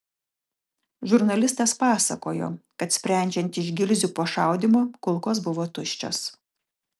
žurnalistas pasakojo kad sprendžiant iš gilzių po šaudymo kulkos buvo tuščios